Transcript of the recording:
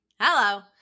Hello